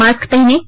mask पहनें